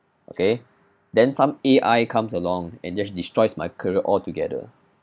okay then some A_I comes along and just destroys my career altogether